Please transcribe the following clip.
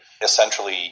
essentially